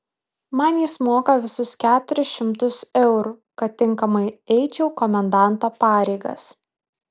man jis moka visus keturis šimtus eurų kad tinkamai eičiau komendanto pareigas